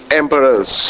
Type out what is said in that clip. emperors